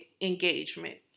engagement